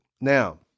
Now